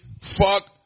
Fuck